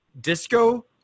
disco